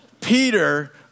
Peter